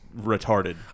retarded